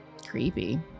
creepy